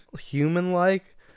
human-like